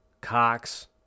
Cox